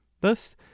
thus